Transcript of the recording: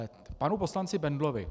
K panu poslanci Bendlovi.